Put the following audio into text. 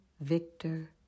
Victor